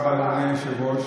תודה רבה, אדוני היושב-ראש.